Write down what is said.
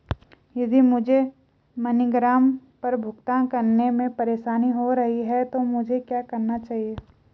यदि मुझे मनीग्राम पर भुगतान करने में परेशानी हो रही है तो मुझे क्या करना चाहिए?